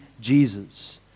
Jesus